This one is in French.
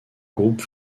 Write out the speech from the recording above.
groupe